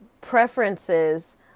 preferences